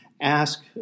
ask